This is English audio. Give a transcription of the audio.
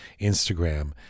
Instagram